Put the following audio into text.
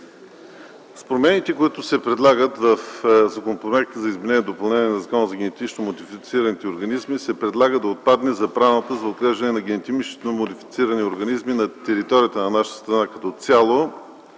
С промените в Законопроекта за изменение и допълнение на Закона за генетично модифицираните организми се предлага да отпадне забраната за отглеждане на генетично модифицирани организми на територията на нашата страна като цяло